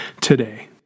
today